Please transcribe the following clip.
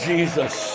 Jesus